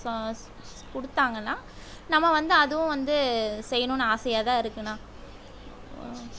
சா கொடுத்தாங்கன்னா நம்ம வந்து அதுவும் வந்து செய்யணும்னு ஆசையாக தான் இருக்குதுண்ணா